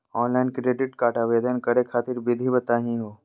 Online credit card आवेदन करे खातिर विधि बताही हो?